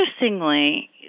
interestingly